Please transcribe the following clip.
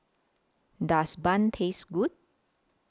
Does Bun Taste Good